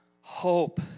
hope